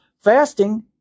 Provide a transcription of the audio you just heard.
fasting